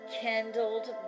Kindled